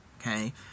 Okay